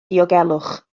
diogelwch